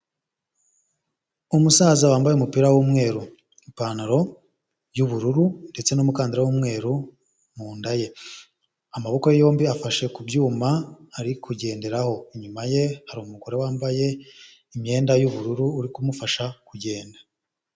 Umusaza wambaye umupira w'umweru ipantaro y'ubururu ndetse n'umukandara w'umweru mu nda ye, amaboko ye yombi afashe ku byuma ari kugenderaho, inyuma ye hari umugore wambaye imyenda y'ubururu uri kumufasha kugenda.